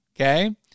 Okay